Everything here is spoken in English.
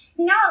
No